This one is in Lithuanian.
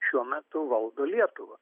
šiuo metu valdo lietuvą